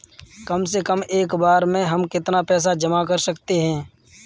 कम से कम एक बार में हम कितना पैसा जमा कर सकते हैं?